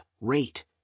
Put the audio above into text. rate